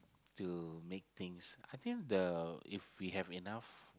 to make things I think the if we have enough